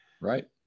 Right